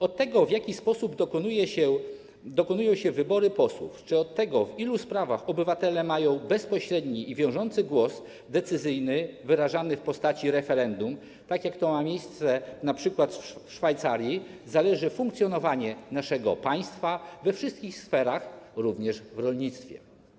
Od tego, w jaki sposób dokonują się wybory posłów, czy od tego, w ilu sprawach obywatele mają bezpośredni i wiążący głos decyzyjny, wyrażany w postaci referendum, tak jak to ma miejsce np. w Szwajcarii, zależy funkcjonowanie naszego państwa we wszystkich sferach, również w rolnictwie.